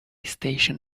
station